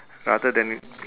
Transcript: rather than